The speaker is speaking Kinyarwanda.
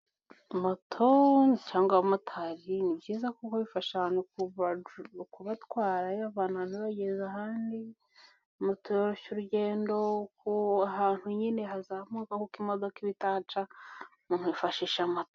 Moto cangwa abamotari ni byiza kuko bifasha abantu kubatwara bibavana aha bibageza ahandi. Moto yoroshya urugendo, ahantu nyine hazamuka kuko imodoka iba itahaca umuntu yifashisha moto.